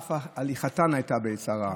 אף הליכתן הייתה בעצה רעה,